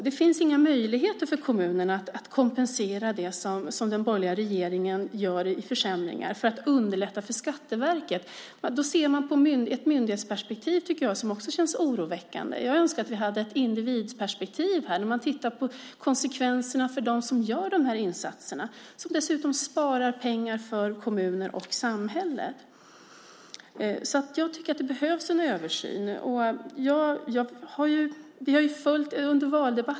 Det finns inga möjligheter för kommunerna att kompensera för de försämringar som den borgerliga regeringen gör för att underlätta för Skatteverket. Man ser det ur ett myndighetsperspektiv som också känns oroväckande. Jag önskar att vi hade ett individperspektiv där man ser på konsekvenserna för dem som gör dessa insatser. De sparar dessutom pengar åt kommuner och samhälle. Jag tycker att det behövs en översyn.